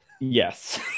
Yes